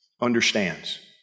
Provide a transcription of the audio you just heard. understands